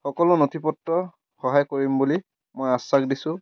সকলো নথি পত্ৰ সহায় কৰিম বুলি মই আশ্বাস দিছোঁ